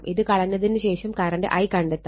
ഇത് കളഞ്ഞതിനു ശേഷം കറണ്ട് I കണ്ടെത്താം